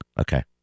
Okay